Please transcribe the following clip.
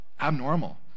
abnormal